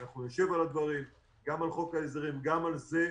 גם על חוק ההסדרים וגם על זה,